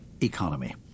economy